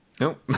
Nope